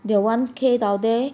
their one K down there